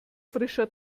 frischer